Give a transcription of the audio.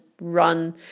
run